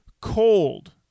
Cold